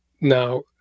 now